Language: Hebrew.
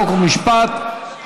חוק ומשפט,